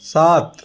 सात